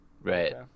Right